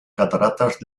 cataratas